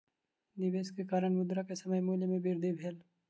निवेश के कारण, मुद्रा के समय मूल्य में वृद्धि भेल